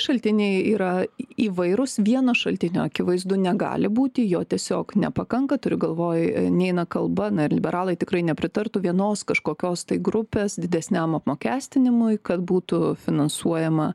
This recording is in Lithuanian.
šaltiniai yra įvairūs vieno šaltinio akivaizdu negali būti jo tiesiog nepakanka turiu galvoj neina kalba na ir liberalai tikrai nepritartų vienos kažkokios tai grupės didesniam apmokestinimui kad būtų finansuojama